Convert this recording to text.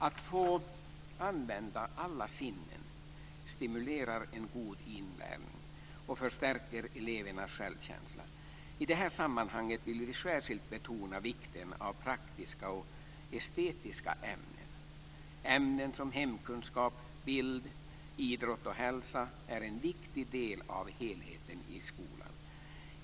Att få använda alla sinnen stimulerar en god inlärning och förstärker elevernas självkänsla. I det här sammanhanget vill vi särskilt betona vikten av praktiska och estetiska ämnen. Ämnen som hemkunskap, bild och idrott och hälsa är en viktig del av helheten i skolan.